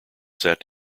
set